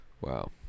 wow